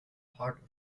part